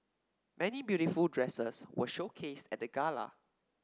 many beautiful dresses were showcased at the gala